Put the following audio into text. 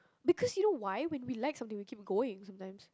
because you know why when we like something we keep going sometimes